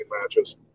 matches